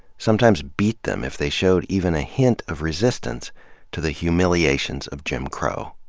sometimes beat them if they showed even a hint of resistance to the humiliations of jim crow.